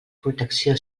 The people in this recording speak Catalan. protecció